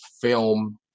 film